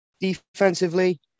Defensively